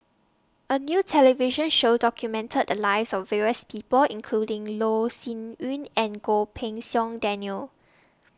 A New television Show documented The Lives of various People including Loh Sin Yun and Goh Pei Siong Daniel